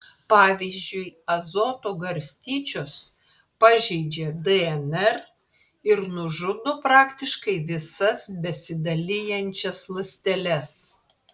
pavyzdžiui azoto garstyčios pažeidžia dnr ir nužudo praktiškai visas besidalijančias ląsteles